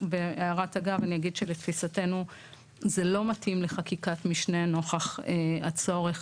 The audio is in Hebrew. בהערת אגב אגיד שלתפיסתנו זה לא מתאים לחקיקת משנה נוכח הצורך